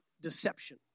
deception